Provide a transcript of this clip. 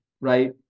right